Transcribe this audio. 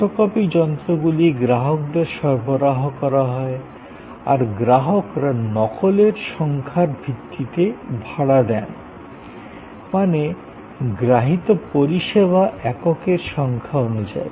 photocopy যন্ত্রগুলি গ্রাহকদের সরবরাহ করা হয় আর গ্রাহকরা নকলের সংখ্যার ভিত্তিতে ভাড়া দেন মানে গ্রাহিত পরিষেবা এককের সংখ্যা অনুযায়ী